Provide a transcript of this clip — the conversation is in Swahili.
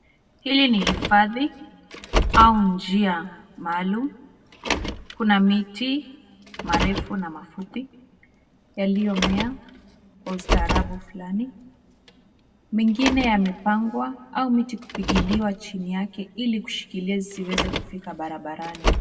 Hili ni hafadhi au njia maalumu. Kuna miti marefu na mafupi yaliyomea kwa ustarabu fulani. Mengine yamepangwa au miti kupigiliwa chini yake ili kushikilia siziweze kufika barabarani.